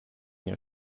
jahr